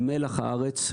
מלח הארץ,